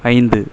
ஐந்து